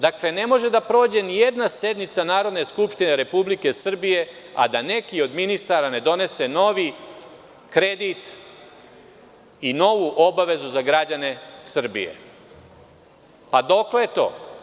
Dakle, ne može da prođe ni jedna sednica Narodne Skupštine Republike Srbije, a da neki od ministara ne donese novi kredit i novu obavezu za građane Srbije, dokle to?